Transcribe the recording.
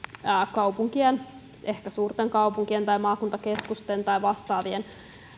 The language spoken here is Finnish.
kaupunkien ehkä suurten kaupunkien tai maakuntakeskusten tai vastaavien